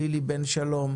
לילי בן שלום,